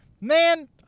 man